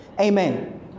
amen